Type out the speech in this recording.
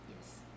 Yes